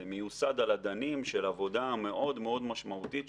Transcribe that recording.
זה מיוסד על אדנים של עבודה מאוד מאוד משמעותית,